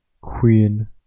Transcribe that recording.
Queen